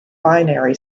binary